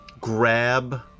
grab